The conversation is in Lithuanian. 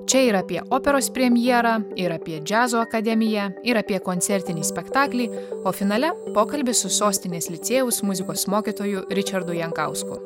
čia ir apie operos premjerą ir apie džiazo akademiją ir apie koncertinį spektaklį o finale pokalbis su sostinės licėjaus muzikos mokytoju ričardu jankausku